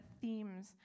themes